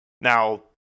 Now